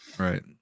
Right